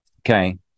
Okay